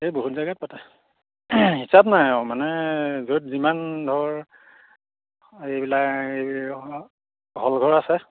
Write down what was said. এই বহুত জেগাত পাতে হিচাপ নাই আৰু মানে য'ত যিমান ধৰ এইবিলাক এই হল ঘৰ আছে